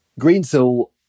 Greensill